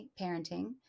parenting